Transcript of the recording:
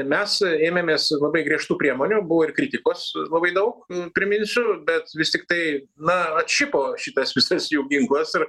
mes ėmėmės labai griežtų priemonių buvo ir kritikos labai daug priminsiu bet vis tiktai na atšipo šitas visas jų ginklas ir